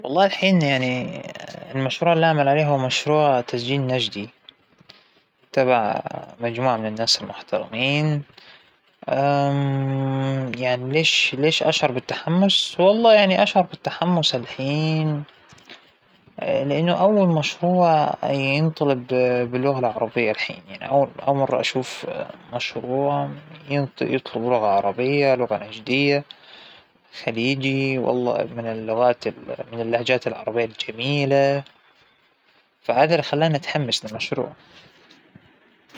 حالياً على الصعيد العملى ما بى مشاريع شغال عليها، لكن مشروع حياتى هو تنشئة أبنائى تنشئة سوية، وتوفير كل سبل الراحة وال- وإغتنامها لأجلهم، ما بعتقد إنه فى مشروع ثانى أهم من هذا، وما فى عندى أصلاً وقت لأى مشروع ثانى معهم، ال -هم خلاص هم إجوا ما عندى مشاريع بعد هكذا.